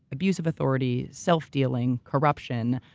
abuse of authority, self-dealing, corruption,